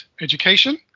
education